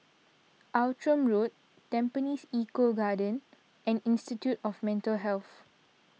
Outram Road Tampines Eco Green and Institute of Mental Health